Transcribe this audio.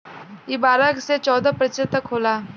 ई बारह से चौदह प्रतिशत तक होला